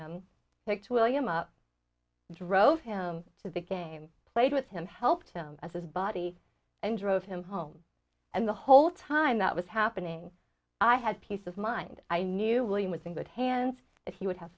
him picked william up drove him to the game played with him helped him as his body and drove him home and the whole time that was happening i had peace of mind i knew william was in good hands and he would have